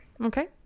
Okay